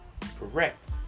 correct